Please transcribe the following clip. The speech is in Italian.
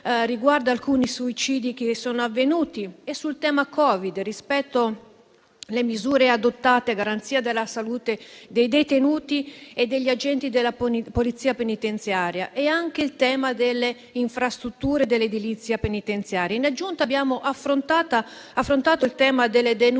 ad alcuni suicidi che sono avvenuti, al Covid-19 e alle misure adottate a garanzia della salute dei detenuti e degli agenti della polizia penitenziaria, e anche al tema delle infrastrutture e dell'edilizia penitenziaria. In aggiunta a questo, abbiamo affrontato il tema delle detenute